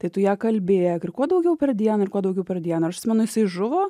tai tu ją kalbėk ir kuo daugiau per dieną ir kuo daugiau per dieną ir aš atsimenu jisai žuvo